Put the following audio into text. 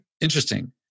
Interesting